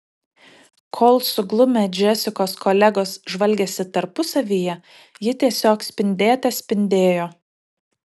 kol suglumę džesikos kolegos žvalgėsi tarpusavyje ji tiesiog spindėte spindėjo